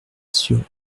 sur